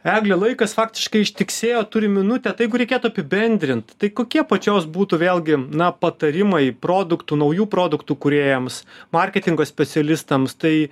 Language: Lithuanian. egle laikas faktiškai ištiksėjo turim minutę tai jeigu reikėtų apibendrint tai kokie pačios būtų vėlgi na patarimai produktų naujų produktų kūrėjams marketingo specialistams tai